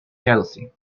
jealousy